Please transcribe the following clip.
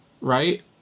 Right